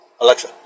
Alexa